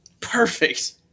Perfect